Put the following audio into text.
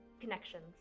connections